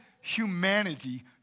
humanity